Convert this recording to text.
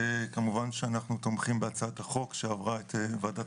כמובן שאנחנו תומכים בהצעת החוק שעברה את ועדת